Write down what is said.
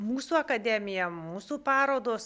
mūsų akademija mūsų parodos